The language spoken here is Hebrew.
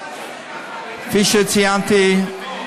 כפי שציינתי,